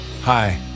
Hi